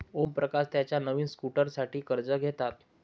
ओमप्रकाश त्याच्या नवीन स्कूटरसाठी कर्ज घेतात